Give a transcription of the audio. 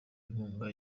inkunga